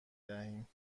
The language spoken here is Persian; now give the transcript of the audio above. دهیم